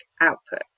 output